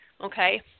okay